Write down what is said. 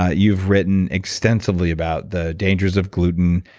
ah you've written extensively about the dangers of gluten.